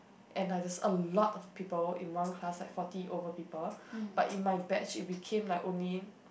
and there's like a lot of people in one class like forty over people but in my batch it became like only